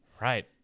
right